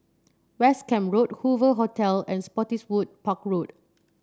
West Camp Road Hoover Hotel and Spottiswoode Park Road